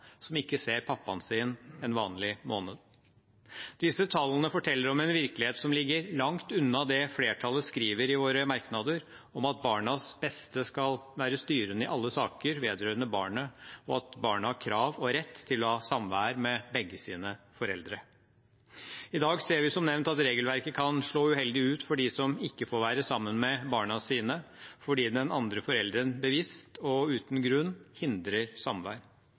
som ikke ser pappaen sin en vanlig måned. Disse tallene forteller om en virkelighet som ligger langt unna det vi i flertallet skriver i våre merknader om at barnets beste skal være styrende i alle saker vedrørende barnet, og at barnet har krav på og rett til å ha samvær med begge sine foreldre. I dag ser vi som nevnt at regelverket kan slå uheldig ut for dem som ikke får være sammen med barna sine fordi den andre forelderen bevisst og uten grunn hindrer